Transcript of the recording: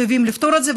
חייבים לפתור את זה,